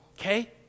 okay